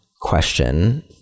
question